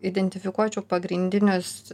identifikuočiau pagrindinius